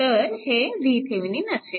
तर हे VThevenin असेल